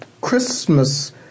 Christmas